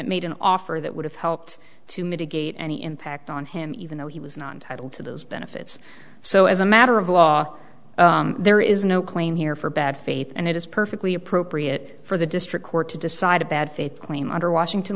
it made an offer that would have helped to mitigate any impact on him even though he was not entitled to those benefits so as a matter of law there is no claim here for bad faith and it is perfectly appropriate for the district court to decide a bad faith claim under washington